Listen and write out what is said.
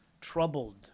Troubled